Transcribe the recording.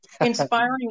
Inspiring